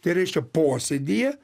tai reiškia posėdyje